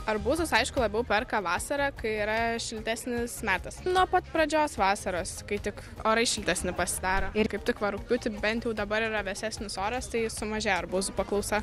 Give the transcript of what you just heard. arbūzus aišku labiau perka vasarą kai yra šiltesnis metas nuo pat pradžios vasaros kai tik orai šiltesni pasidaro ir kaip tik va rugpjūtį bent jau dabar yra vėsesnis oras tai sumažėja arbūzų paklausa